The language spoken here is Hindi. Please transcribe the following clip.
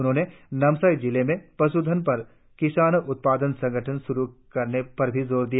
उन्होंने नामसाई जिले में पशुधन पर किसान उत्पादक संगठन शुरु करने पर भी जोर दिया